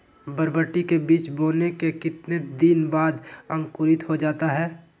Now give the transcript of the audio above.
बरबटी के बीज बोने के कितने दिन बाद अंकुरित हो जाता है?